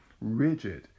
rigid